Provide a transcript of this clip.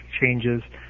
changes